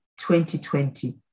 2020